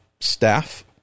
staff